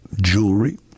jewelry